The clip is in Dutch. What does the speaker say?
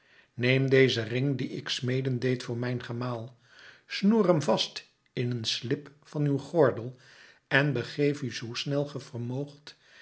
neem dezen ring dien ik smeden deed voor mijn gemaal snoer hem vast in een slip van uw gordel en begeef u zoo snel ge